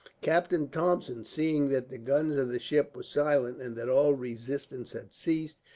captain thompson, seeing that the guns of the ship were silent, and that all resistance had ceased,